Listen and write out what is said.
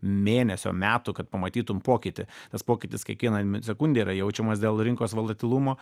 mėnesio metų kad pamatytum pokytį tas pokytis kiekvieną mi sekunde yra jaučiamas dėl rinkos volatilumo